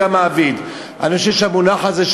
אני אומר שהמונח הזה,